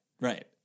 Right